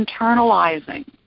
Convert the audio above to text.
internalizing